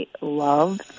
loved